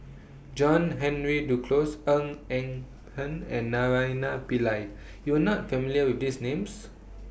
John Henry Duclos Ng Eng Hen and Naraina Pillai YOU Are not familiar with These Names